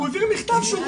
הוא העביר מכתב שהוא רוצה.